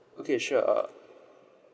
okay sure uh